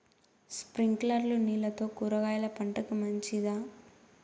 స్ప్రింక్లర్లు నీళ్లతో కూరగాయల పంటకు మంచిదా?